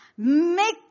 Make